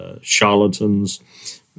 Charlatans